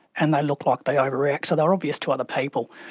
and they look like they overreact, so they are obvious to other people.